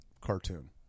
cartoon